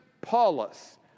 Paulus